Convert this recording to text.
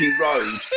road